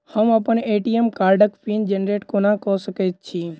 हम अप्पन ए.टी.एम कार्डक पिन जेनरेट कोना कऽ सकैत छी?